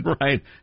Right